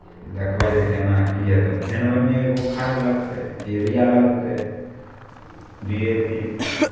देखबै जे केना की यए तऽ फेन ओहिमे एगो खाद लगतै यूरिया लगतै डी ए पी